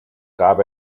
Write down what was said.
gab